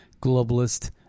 globalist